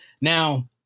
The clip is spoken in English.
Now